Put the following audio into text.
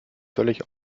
völlig